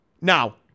Now